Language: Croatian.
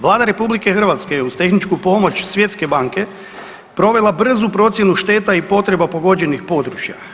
Vlada RH je uz tehničku pomoć Svjetske banke provela brzu procjenu šteta i potreba pogođenih područja.